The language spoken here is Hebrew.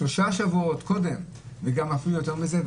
שלושה שבועות קודם וגם יותר מזה,